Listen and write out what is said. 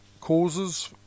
causes